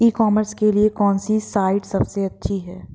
ई commerce के लिए कौनसी साइट सबसे अच्छी है?